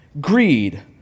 greed